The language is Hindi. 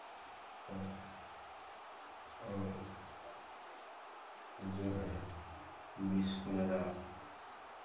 और और जो है बिसकुलरा